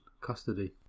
custody